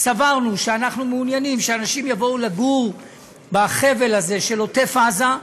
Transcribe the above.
סברנו שאנחנו מעוניינים שאנשים יבואו לגור בחבל הארץ הזה של עוטף עזה,